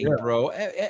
bro